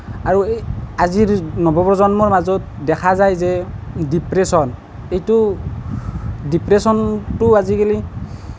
আৰু এই আজিৰ নৱপ্ৰজন্মৰ মাজত দেখা যায় যে ডিপ্ৰেশ্যন এইটো ডিপ্ৰেশ্যনটোও আজিকালি